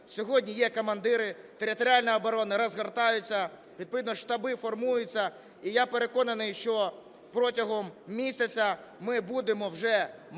Сьогодні є командири, територіальна оборона розгортається, відповідно штаби формуються і я переконаний, що протягом місяця ми будемо вже мати